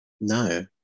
No